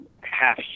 half